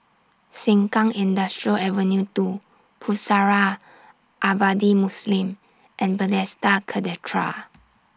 Sengkang Industrial Avenue two Pusara Abadi Muslim and Bethesda Cathedral